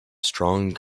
strong